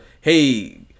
Hey